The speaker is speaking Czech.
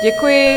Děkuji.